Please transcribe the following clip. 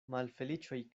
malfeliĉoj